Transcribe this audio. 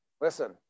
listen